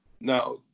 Now